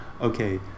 Okay